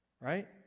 Right